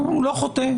הוא לא חוטא.